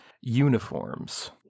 uniforms